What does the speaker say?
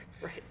Right